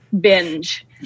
binge